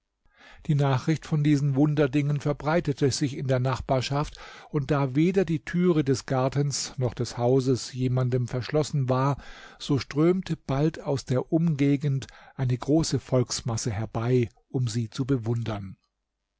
die nachricht von diesen wunderdingen verbreitete sich in der nachbarschaft und da weder die türe des gartens noch des hauses jemandem verschlossen war so strömte bald aus der umgegend eine große volksmasse herbei um sie zu bewundern